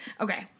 Okay